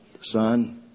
son